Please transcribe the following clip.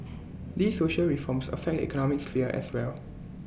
these social reforms affect economic sphere as well